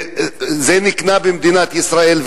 זה נקנה במדינת ישראל,